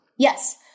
Yes